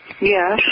Yes